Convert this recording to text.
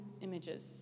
images